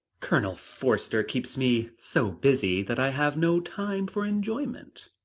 colonel forster keeps me so busy that i have no time for enjoyment.